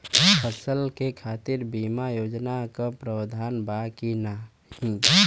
फसल के खातीर बिमा योजना क भी प्रवाधान बा की नाही?